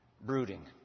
brooding